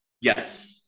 Yes